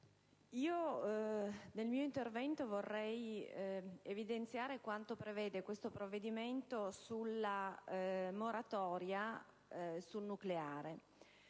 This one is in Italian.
nel mio intervento vorrei evidenziare quanto questo provvedimento prevede sulla moratoria sul nucleare.